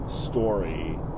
story